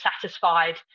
satisfied